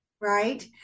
right